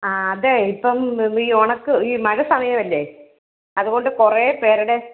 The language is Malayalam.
ആ അതെ ഇപ്പം ഈ ഉണക്ക് ഈ മഴ സമയമല്ലെ അത്കൊണ്ട് കുറേ പേരുടെ